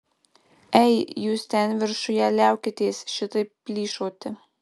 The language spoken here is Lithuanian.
ei jūs ten viršuje liaukitės šitaip plyšoti